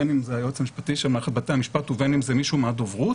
בין אם זה היועץ המשפטי של מערכת בתי המשפט ובין אם זה מישהו מהדוברות,